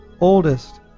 oldest